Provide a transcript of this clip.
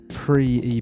pre-EP